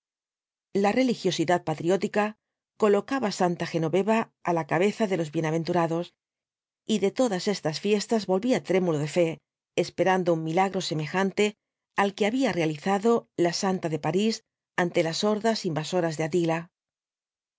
la religiosidad patriótica colocaba santa genoveva á la cabeza de los bienaventurados y de todas estas fiestas volvía trémulo de fe esperando un milagro semejante al que había realizado la santa de parís ante las hordas invasoras de atila